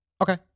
Okay